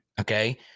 Okay